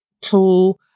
tool